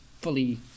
fully